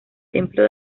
templo